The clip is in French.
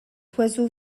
oiseau